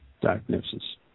diagnosis